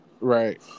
Right